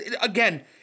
again